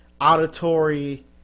Auditory